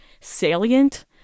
salient